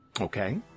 Okay